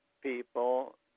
people